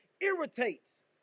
irritates